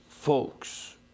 folks